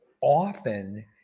often